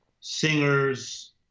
singers